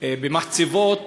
במחצבות